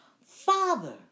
Father